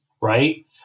right